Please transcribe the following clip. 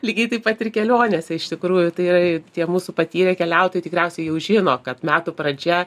lygiai taip pat ir kelionėse iš tikrųjų tai yra tie mūsų patyrę keliautojai tikriausiai jau žino kad metų pradžia